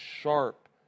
sharp